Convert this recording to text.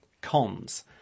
Cons